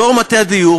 יושב-ראש מטה הדיור,